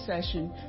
session